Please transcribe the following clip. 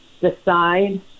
decide